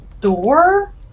door